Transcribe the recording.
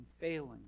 failing